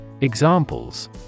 Examples